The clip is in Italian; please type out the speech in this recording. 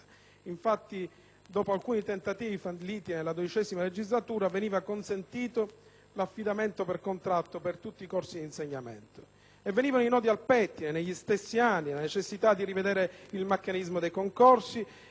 Infatti, dopo alcuni tentativi falliti nella XII legislatura, veniva consentito l'affidamento per contratto di tutti i corsi di insegnamento (1998). Veniva al pettine, negli stessi anni, la necessità di rivedere il meccanismo dei concorsi